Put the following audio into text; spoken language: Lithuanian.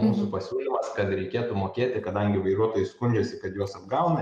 mūsų pasiūlymas kad reikėtų mokėti kadangi vairuotojai skundžiasi kad juos apgauna